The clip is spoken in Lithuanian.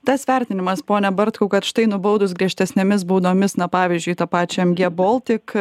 tas vertinimas pone bartkau kad štai nubaudus griežtesnėmis baudomis na pavyzdžiui tą pačią mg baltic